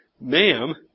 ma'am